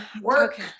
work